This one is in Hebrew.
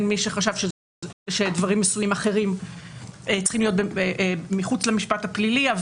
מי שחשב שדברים מסוימים אחרים צריכים להיות מחוץ למשפט הפלילי.